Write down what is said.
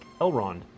Elrond